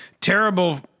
terrible